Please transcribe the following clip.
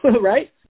right